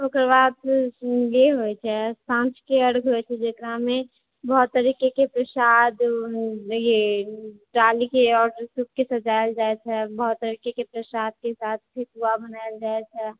ओकर बाद जे होइ छै साँझ के अर्घ होइ छै जेकरामे बहुत तरहके प्रसाद जे डाली के आओर सूपके सजायल जाइ छै बहुत तरीक़े के प्रसाद के साथ ठेकुआ बनायल जाइ छै